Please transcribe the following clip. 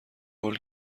هول